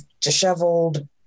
disheveled